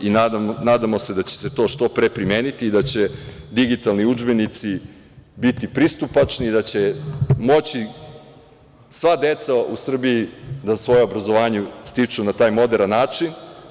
Nadamo se da će se to što pre primeniti i da će digitalni udžbenici biti pristupačni, da će moći sva deca u Srbiji da svoje obrazovanje stiču na taj moderan način.